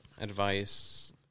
advice